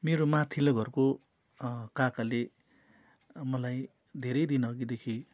मेरो माथिल्लो घरको काकाले मलाई धेरै दिन अघिदेखि